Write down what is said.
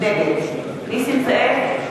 נגד נסים זאב,